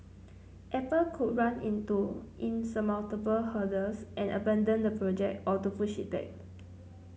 apple could run into insurmountable hurdles and abandon the project or to push it back